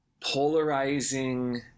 polarizing